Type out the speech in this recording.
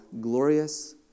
glorious